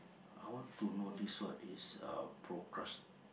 I want to know this word is uh procras~